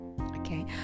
okay